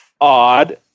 odd